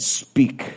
speak